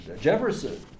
Jefferson